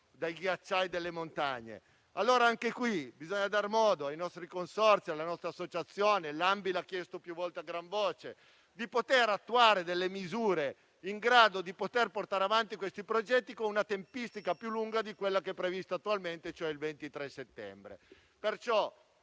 dai ghiacciai delle montagne. Anche qui, bisogna dare modo ai nostri consorzi, alle nostre associazioni - l'ANBI l'ha chiesto più volte a gran voce - di poter attuare delle misure in grado di portare avanti questi progetti con una tempistica più lunga di quella prevista attualmente, cioè il 23 settembre.